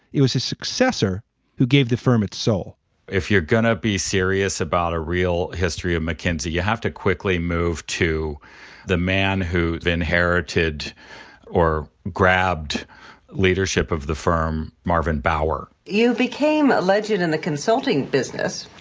it was his successor who gave the firm its soul if you're going to be serious about a real history of mckinsey, you have to quickly move to the man who inherited or grabbed leadership of the firm marvin bower, you became a legend in the consulting business